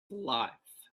life